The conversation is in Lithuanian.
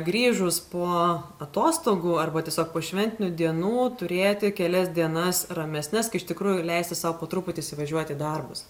grįžus po atostogų arba tiesiog po šventinių dienų turėti kelias dienas ramesnes kai iš tikrųjų leisti sau po truputį įsivažiuoti į darbus